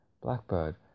Blackbird